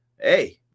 Hey